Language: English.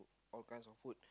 all kinds of food